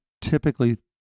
typically